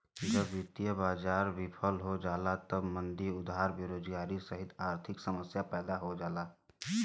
जब वित्तीय बाजार विफल हो जाला तब मंदी आउर बेरोजगारी सहित आर्थिक समस्या पैदा हो जाला